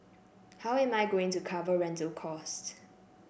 how am I going to cover rental costs